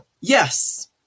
yes